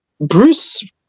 Bruce